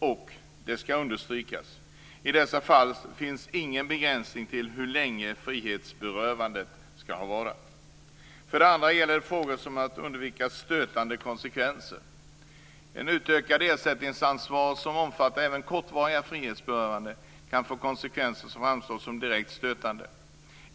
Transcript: Och i dessa fall - det skall understrykas - finns ingen begränsning för hur länge frihetsberövandet skall ha varat. För det andra gäller det frågor om att undvika stötande konsekvenser. Ett utökat ersättningsansvar som omfattar även kortvariga frihetsberövanden kan få konsekvenser som framstår som direkt stötande.